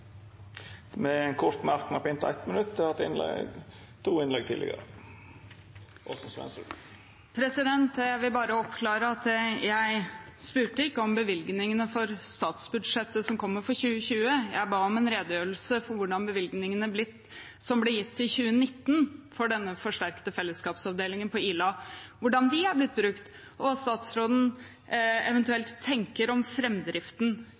og får ordet til ein kort merknad, avgrensa til 1 minutt. Jeg vil bare oppklare at jeg ikke spurte om bevilgningene i statsbudsjettet som kommer for 2020. Jeg ba om en redegjørelse for hvordan bevilgningene som ble gitt for 2019 for den forsterkede fellesskapsavdelingen på Ila, er blitt brukt, og hva statsråden eventuelt tenker om